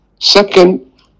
Second